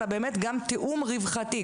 אלא באמת גם תיאום רווחתי,